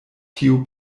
tiu